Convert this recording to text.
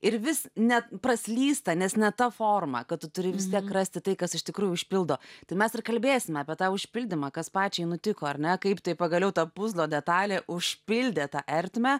ir vis ne praslysta nes ne ta forma kad tu turi vis tiek rasti tai kas iš tikrųjų užpildo tai mes ir kalbėsime apie tą užpildymą kas pačiai nutiko ar ne kaip tai pagaliau ta puzlo detalė užpildė tą ertmę